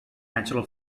natural